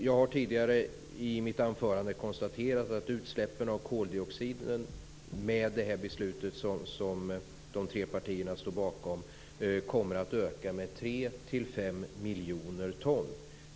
Jag har tidigare i mitt anförande konstaterat att utsläppen av koldioxid med detta beslut som de tre partierna står bakom kommer att öka med 3-5 miljoner ton.